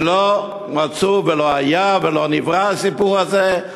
ואמרה שלא מצאו ולא היה ולא נברא הסיפור הזה.